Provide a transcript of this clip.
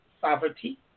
sovereignty